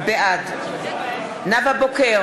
בעד נאוה בוקר,